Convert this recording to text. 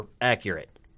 accurate